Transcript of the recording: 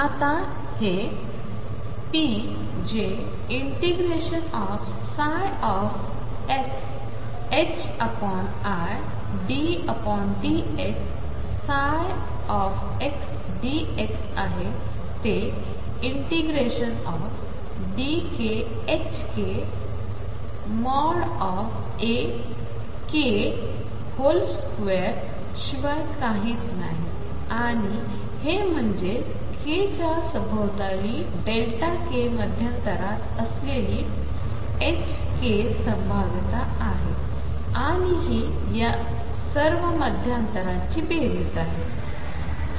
आता हे ⟨p⟩ जे ∫xiddx ψx dx आहे ते ∫dk ℏk Ak2 शिवाय काहीच नाही आणि हे मनहेजेच k च्या सभोवताली Δk मध्यांतरात असलेली ℏkसंभाव्यता आहे आणि हि या सर्व मध्यांतराची बेरीज आहे